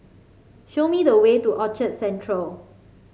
show me the way to Orchard Central